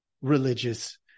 religious